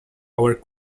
our